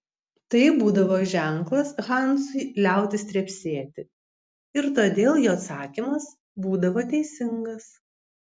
tai būdavo ženklas hansui liautis trepsėti ir todėl jo atsakymas būdavo teisingas